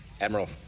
Admiral